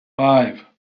five